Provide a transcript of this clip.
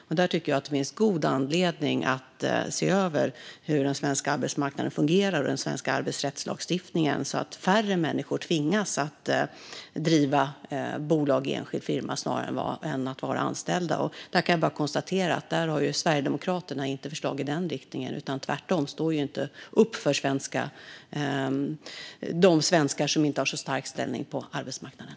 Jag tycker att det finns god anledning att se över hur den svenska arbetsmarknaden och den svenska arbetsrättslagstiftningen fungerar, så att färre människor tvingas driva bolag som enskilda firmor i stället för att vara anställda. Jag kan konstatera att Sverigedemokraterna inte har förslag i den riktningen. Tvärtom står de inte upp för de svenskar som inte har så stark ställning på arbetsmarknaden.